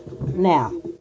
Now